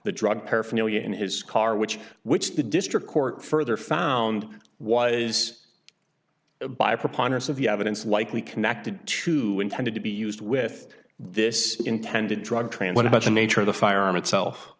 the drug paraphernalia in his car which which the district court further found was by a preponderance of the evidence likely connected to intended to be used with this intended truck tran what about the nature of the firearm itself